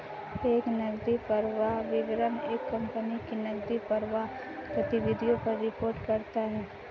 एक नकदी प्रवाह विवरण एक कंपनी की नकदी प्रवाह गतिविधियों पर रिपोर्ट करता हैं